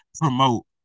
promote